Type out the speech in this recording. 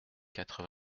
quatre